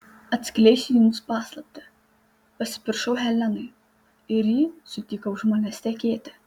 atskleisiu jums paslaptį pasipiršau helenai ir ji sutiko už manęs tekėti